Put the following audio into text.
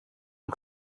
een